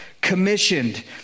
commissioned